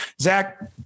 Zach